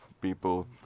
people